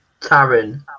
Taryn